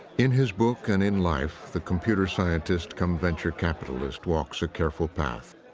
in his book and in life, the computer scientist-cum-venture capitalist walks a careful path.